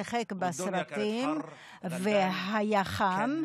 שיחק בסרטים והיה חם,